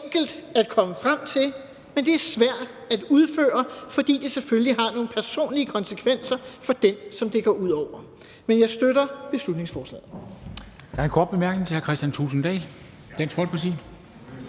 Det er enkelt at komme frem til, men det er svært at udføre, fordi det selvfølgelig har nogle personlige konsekvenser for den, det går ud over. Men jeg støtter beslutningsforslaget.